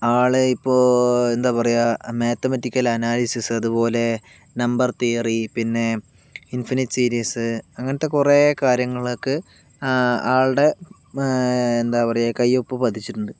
ആള് ഇപ്പോൾ എന്താ പറയുക മാത്തമാറ്റിക്കൽ അനാലിസിസ് അതുപോലെ നമ്പർ തിയറി പിന്നെ ഇൻഫിനിറ്റ് സീരീസ് അങ്ങനത്തെ കുറെ കാര്യങ്ങൾക്ക് ആൾടെ എന്താ പറയുക കയ്യൊപ്പ് പതിച്ചിട്ടുണ്ട്